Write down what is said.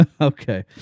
Okay